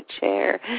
chair